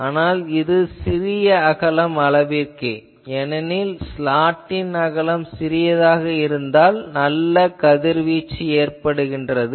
ஆனால் இது சிறிய அகலம் அளவிற்கே ஏனெனில் ஸ்லாட் அகலம் சிறியதாக இருந்தால் நல்ல கதிர்வீச்சு ஏற்படுகிறது